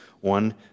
one